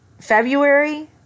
February